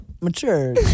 mature